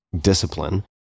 discipline